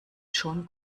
schon